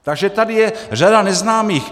Takže tady je řada neznámých.